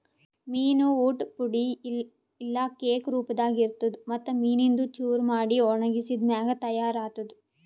ಮೀನು ಊಟ್ ಪುಡಿ ಇಲ್ಲಾ ಕೇಕ್ ರೂಪದಾಗ್ ಇರ್ತುದ್ ಮತ್ತ್ ಮೀನಿಂದು ಚೂರ ಮಾಡಿ ಒಣಗಿಸಿದ್ ಮ್ಯಾಗ ತೈಯಾರ್ ಆತ್ತುದ್